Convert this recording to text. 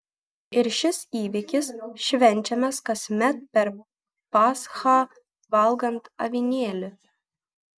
ir šis įvykis švenčiamas kasmet per paschą valgant avinėlį